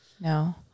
No